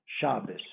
Shabbos